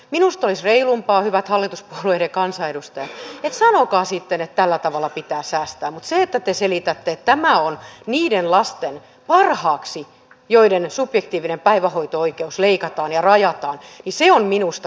minusta olisi reilumpaa hyvät hallituspuolueiden kansanedustajat että sanoisitte sitten että tällä tavalla pitää säästää mutta se että te selitätte että tämä on niiden lasten parhaaksi joiden subjektiivinen päivähoito oikeus leikataan ja rajataan on minusta kyllä väärin